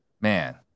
man